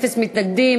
אין מתנגדים.